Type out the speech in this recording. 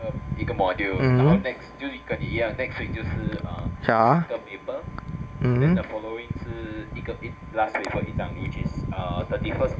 mmhmm ya mmhmm